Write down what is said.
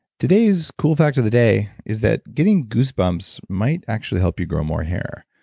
today's cool fact of the day is that getting goosebumps might actually help you grow more hair.